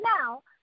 now